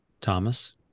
Thomas